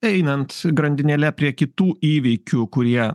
einant grandinėle prie kitų įvykių kurie